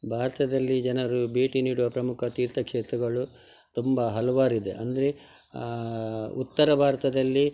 ಭಾರತದಲ್ಲಿ ಜನರು ಭೇಟಿ ನೀಡುವ ಪ್ರಮುಖ ತೀರ್ಥಕ್ಷೇತ್ರಗಳು ತುಂಬ ಹಲವಾರು ಇದೆ ಅಂದರೆ ಉತ್ತರ ಭಾರತದಲ್ಲಿ